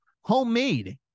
homemade